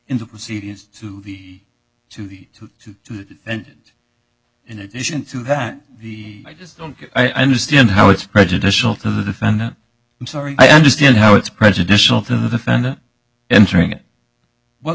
in the proceedings to the to the to to to and in addition to that the i just don't understand how it's prejudicial to the defendant i'm sorry i understand how it's prejudicial to the defendant entering it well